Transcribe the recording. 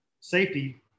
safety